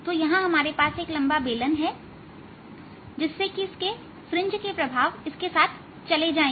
तो हमारे पास एक लंबा बेलन है जिससे फ्रिंज के प्रभाव इसके साथ चले जाएं